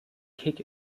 kick